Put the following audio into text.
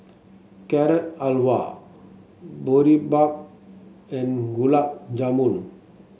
Carrot Halwa Boribap and Gulab Jamun